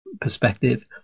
perspective